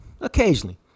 Occasionally